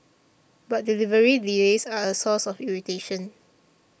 but delivery delays are a source of irritation